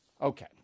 Okay